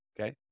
Okay